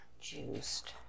juiced